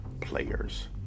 players